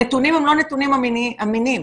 הנתונים הם לא נתונים אמינים.